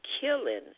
killing